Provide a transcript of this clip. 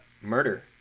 murder